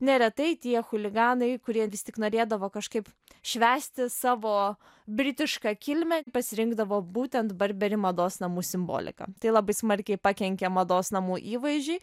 neretai tie chuliganai kurie vis tik norėdavo kažkaip švęsti savo britiška kilme pasirinkdavo būtent barberi mados namų simbolika tai labai smarkiai pakenkė mados namų įvaizdžiui